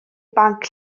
banc